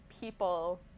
people